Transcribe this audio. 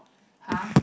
!huh!